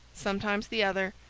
sometimes the other,